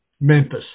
Memphis